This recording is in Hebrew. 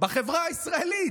בחברה הישראלית.